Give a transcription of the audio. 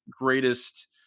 greatest